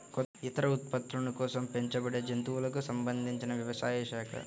ఇతర ఉత్పత్తుల కోసం పెంచబడేజంతువులకు సంబంధించినవ్యవసాయ శాఖ